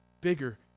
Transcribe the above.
bigger